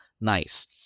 nice